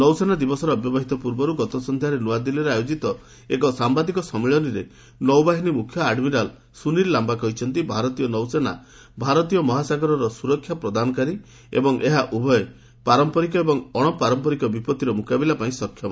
ନୌସେନା ଦିବସର ଅବ୍ୟବହିତ ପୂର୍ବରୂ ଗତସନ୍ଧ୍ୟାରେ ନୂଆଦିଲ୍ଲୀରେ ଆୟୋକିତ ଏକ ସାମ୍ଘାଦିକ ସମ୍ମିଳନୀରେ ନୌବାହିନୀ ମ୍ରଖ୍ୟ ଆଡ୍ମିରାଲ୍ ସ୍ତନୀଲ ଲାମ୍ବା କହିଛନ୍ତି ଭାରତୀୟ ନୌସେନା ଭାରତୀୟ ମହାସାଗରର ସ୍ତରକ୍ଷା ପ୍ରଦାନକାରୀ ଏବଂ ଏହା ଉଭୟ ପାରମ୍ପରିକ ଏବଂ ଅଣପାରମ୍ପରିକ ବିପଭିର ମୁକାବିଲା ପାଇଁ ସକ୍ଷମ